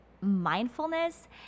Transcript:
mindfulness